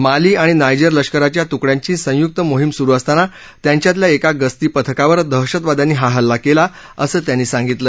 माली आणि नायजेर लष्कराच्या तुकड्यांची संयुक्त मोहीम सुरु असताना त्यांच्यातल्या एका गस्ती पथकावर दहशतवाद्यांनी हा हल्ला केला असं त्यांनी सांगितलं